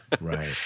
Right